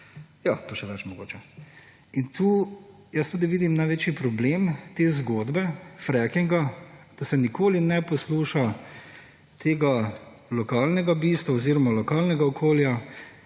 Ja, pa še več mogoče. In jaz tudi vidim največji problem te zgodbe frackinga, da se nikoli ne posluša tega lokalnega okolja